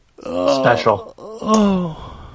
Special